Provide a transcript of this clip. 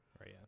Right